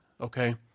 Okay